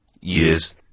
years